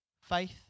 Faith